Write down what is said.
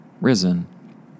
risen